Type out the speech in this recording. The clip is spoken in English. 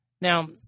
Now